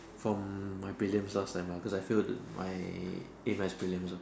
from my prelims last time because I failed my A maths prelims uh